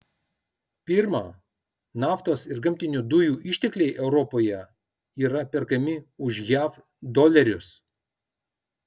pirma naftos ir gamtinių dujų ištekliai europoje yra perkami už jav dolerius